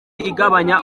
igabanya